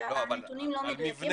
אבל הנתונים לא מדויקים,